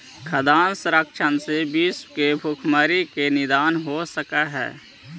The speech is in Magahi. खाद्यान्न संरक्षण से विश्व के भुखमरी के निदान हो सकऽ हइ